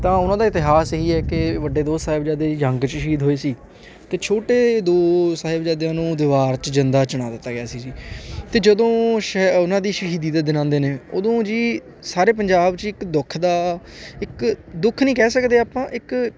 ਤਾਂ ਉਹਨਾਂ ਦਾ ਇਤਿਹਾਸ ਇਹੀ ਹੈ ਕਿ ਵੱਡੇ ਦੋ ਸਾਹਿਬਜ਼ਾਦੇ ਜੰਗ 'ਚ ਸ਼ਹੀਦ ਹੋਏ ਸੀ ਅਤੇ ਛੋਟੇ ਦੋ ਸਾਹਿਬਜ਼ਾਦਿਆਂ ਨੂੰ ਦੀਵਾਰ 'ਚ ਜਿੰਦਾ ਚਿਣਾ ਦਿੱਤਾ ਗਿਆ ਸੀ ਜੀ ਅਤੇ ਜਦੋਂ ਸ਼ ਉਹਨਾਂ ਦੀ ਸ਼ਹੀਦੀ ਦੇ ਦਿਨਾਂ ਆਉਂਦੇ ਨੇ ਉਦੋਂ ਜੀ ਸਾਰੇ ਪੰਜਾਬ 'ਚ ਇੱਕ ਦੁੱਖ ਦਾ ਇੱਕ ਦੁੱਖ ਨਹੀਂ ਕਹਿ ਸਕਦੇ ਆਪਾਂ ਇੱਕ